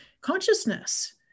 consciousness